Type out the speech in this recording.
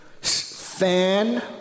fan